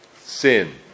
Sin